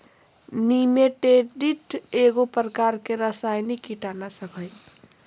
निमेंटीड एगो प्रकार के रासायनिक कीटनाशक हइ